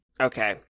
Okay